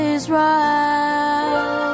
Israel